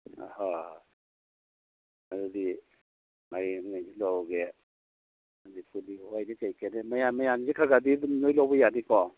ꯍꯣꯏ ꯍꯣꯏ ꯑꯗꯨꯗꯤ ꯃꯥꯏꯔꯦꯟ ꯃꯌꯥꯝꯁꯦ ꯈꯒꯗꯤ ꯑꯗꯨꯝ ꯂꯣꯏ ꯂꯧꯕ ꯌꯥꯅꯤꯀꯣ